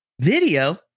video